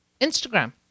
Instagram